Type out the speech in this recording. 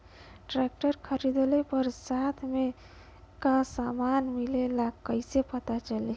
Tractor खरीदले पर साथ में का समान मिलेला कईसे पता चली?